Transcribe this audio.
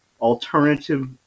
alternative